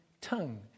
tongue